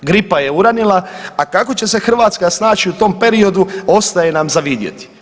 Gripa je uranila, a kako će se Hrvatska snaći u tom periodu ostaje nam za vidjeti.